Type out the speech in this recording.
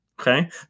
Okay